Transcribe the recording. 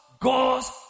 God's